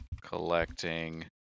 collecting